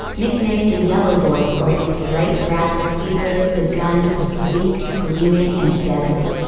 nicknamed the yellow boy for its bright brass receiver, the gun was sleek, gleaming, and deadly.